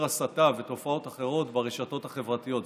הסתה ותופעות אחרות ברשתות החברתיות,